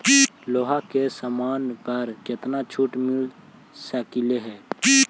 लोहा के समान पर केतना छूट मिल सकलई हे